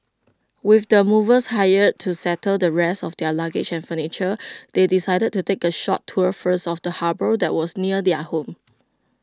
with the movers hired to settle the rest of their luggage and furniture they decided to take A short tour first of the harbour that was near their home